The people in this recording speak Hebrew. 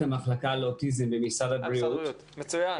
לפני שבע שנים,